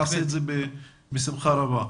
נעשה את זה בשמחה רבה.